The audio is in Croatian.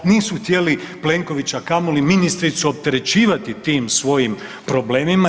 Nisu htjeli Plenkovića kamoli ministricu opterećivati tim svojim problemima.